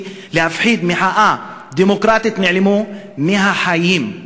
להפחיד מחאה דמוקרטית נעלמו מהחיים.